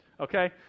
okay